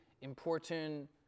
important